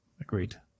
Agreed